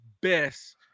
best